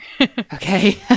Okay